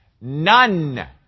None